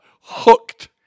hooked